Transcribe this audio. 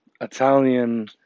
Italian